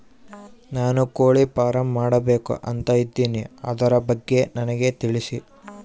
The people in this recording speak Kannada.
ನಾನು ಕೋಳಿ ಫಾರಂ ಮಾಡಬೇಕು ಅಂತ ಇದಿನಿ ಅದರ ಬಗ್ಗೆ ನನಗೆ ತಿಳಿಸಿ?